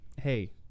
hey